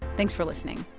thanks for listening